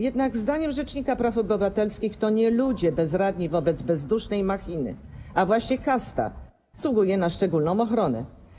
Jednak zdaniem rzecznika praw obywatelskich to nie ludzie bezradni wobec bezdusznej machiny, a właśnie kasta zasługuje na szczególną ochronę.